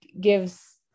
gives